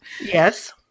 Yes